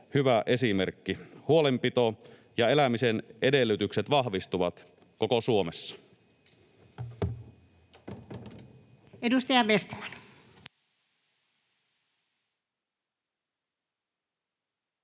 hyvä esimerkki. Huolenpito ja elämisen edellytykset vahvistuvat koko Suomessa. Edustaja Vestman.